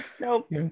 nope